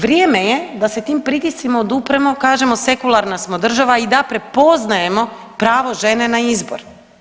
Vrijeme je da se tim pritiscima odupremo, kažemo sekularna smo država i da prepoznajemo pravo žene na izbor.